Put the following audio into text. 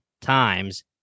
times